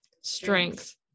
Strength